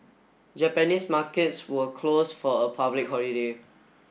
Japanese markets were closed for a public holiday